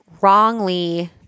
wrongly